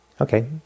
Okay